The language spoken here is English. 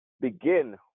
begin